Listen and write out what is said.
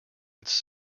its